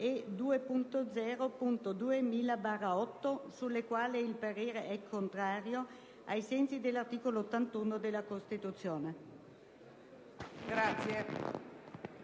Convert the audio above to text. e 2.0.2000/8, sulle quali il parere è contrario, ai sensi dell'articolo 81 della Costituzione».